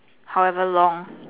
however long